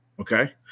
okay